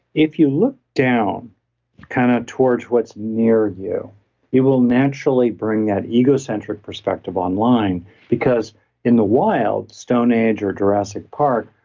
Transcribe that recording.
if you look down kind of towards what's near you you will naturally bring that egocentric perspective online because in the wild stone age or jurassic park,